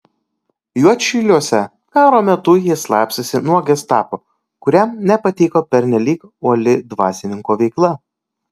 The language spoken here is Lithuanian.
juodšiliuose karo metu jis slapstėsi nuo gestapo kuriam nepatiko pernelyg uoli dvasininko veikla